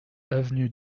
avenue